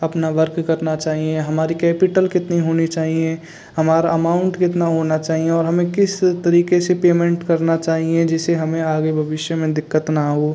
अपना वर्क करना चाहिए हमारा कैपिटल कितना होना चाहिए हमारा अमाउन्ट कितना होना चाहिए और हमें किस तरीक़े से पेमेंट करना चाहिए जिसे हमें आगे भविष्य में दिक़्क़त ना हो